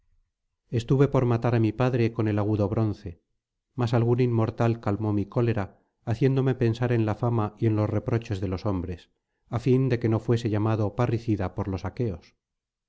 estuve por matar á mi padre con el agudo bronce mas algún inmortal calmó mi cólera haciéndome pensar en la fama y en los reproches de los hombres á fin de que no fuese llamado parricida por los aqueos